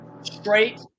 straight